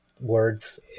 words